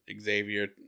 Xavier